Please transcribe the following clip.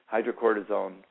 hydrocortisone